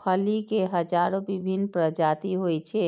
फली के हजारो विभिन्न प्रजाति होइ छै,